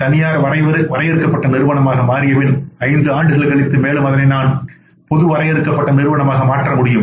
தனியார் வரையறுக்கப்பட்ட நிறுவனமாக மாற்றிய பின் ஐந்து ஆண்டுகள் கழித்து மேலும் அதனை நான் பொது வரையறுக்கப்பட்ட நிறுவனமாக மாற்ற முடியும்